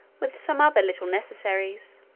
with some other little necessaries.